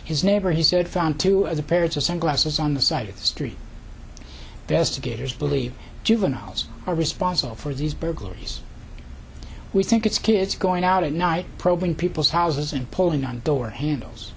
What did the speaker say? his neighbor he said found two of the parents or some glasses on the side of the street besta gators believe juveniles are responsible for these burglaries we think it's kids going out at night probing people's houses and pulling on door handles